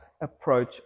approach